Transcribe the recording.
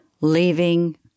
leaving